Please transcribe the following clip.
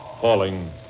Falling